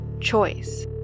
choice